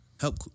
help